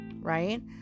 right